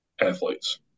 athletes